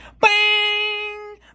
bang